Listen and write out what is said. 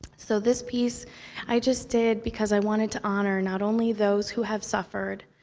so this piece i just did because i wanted to honor not only those who have suffered,